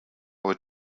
were